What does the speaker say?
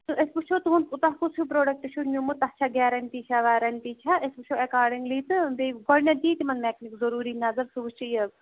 تہٕ أسۍ وٕچھو تُہُنٛد تۄہہِ کُس ہیوٗ پرٛوڈَکٹ چھُو نیُمُت تَتھ چھا گیرَنٹی چھا ویرَنٹی چھا أسۍ وٕچھو اٮ۪کاڈِنٛگلی تہٕ بیٚیہِ گۄڈٕنٮ۪تھ دی تِمَن مٮ۪کنِک ضٔروٗری نظر سُہ وٕچھِ یہِ